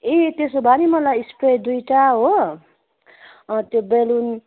ए त्यसो भए नि मलाई स्प्रे दुईवटा हो त्यो बेलुन